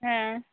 ᱦᱮᱸ